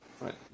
Right